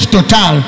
Total